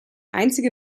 einzige